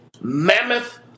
mammoth